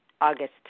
August